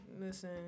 Listen